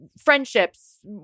friendships